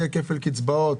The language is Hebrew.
לא יהיה כפל קצבאות,